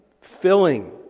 filling